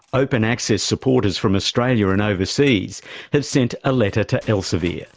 open access supporters from australia and overseas have sent a letter to elsevier,